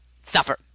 Suffer